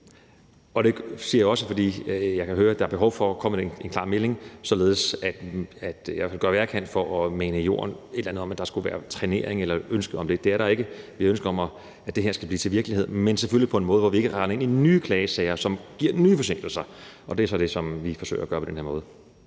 Det siger jeg også, fordi jeg kan høre, at der er behov for at komme med en klar melding, således at jeg kan gøre, hvad jeg kan for at mane et eller andet om, at der skulle være trænering eller et ønske om det, i jorden. Det er der ikke, for vi har et ønske om, at det her skal blive til virkelighed, men selvfølgelig på en måde, hvor vi ikke render ind i nye klagesager, som giver nye forsinkelser, og det er så det, vi forsøger at gøre på den her måde.